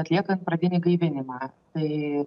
atliekant pradinį gaivinimą tai